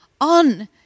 on